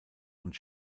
und